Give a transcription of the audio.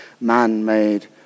man-made